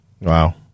Wow